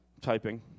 Typing